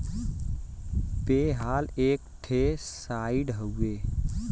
पे पाल एक ठे साइट हउवे